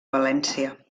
valència